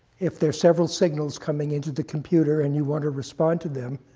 if there's several signals coming into the computer, and you want to respond to them?